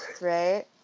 right